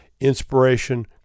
inspiration